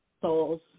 souls